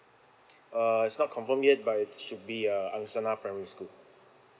uh it's not confirmed yet but it should be uh angsana primary school